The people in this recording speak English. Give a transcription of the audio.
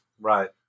right